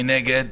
מי נגד?